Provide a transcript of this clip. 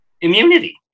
immunity